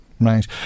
Right